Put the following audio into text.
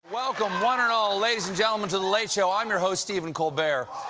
welcome, one and all, ladies and gentlemen, to the late show. i'm your host, stephen colbert.